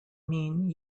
mean